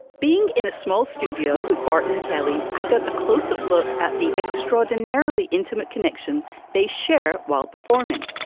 being in a small studio with barton and kelly i got a close up look at the extraordinarily intimate connection they share while performing.